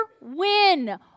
win